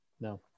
No